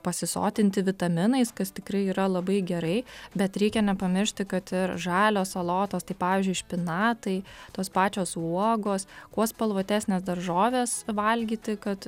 pasisotinti vitaminais kas tikrai yra labai gerai bet reikia nepamiršti kad ir žalios salotos tai pavyzdžiui špinatai tos pačios uogos kuo spalvotesnes daržoves valgyti kad